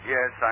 Yes